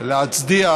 להצדיע